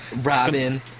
Robin